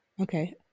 Okay